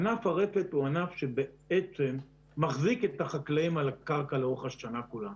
ענף הרפת הוא ענף שבעצם מחזיק את החקלאים על הקרקע לאורך השנה כולה.